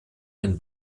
den